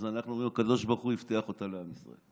אז אנחנו אומרים: הקדוש ברוך הוא הבטיח אותה לעם ישראל.